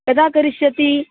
कदा करिष्यति